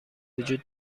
وجود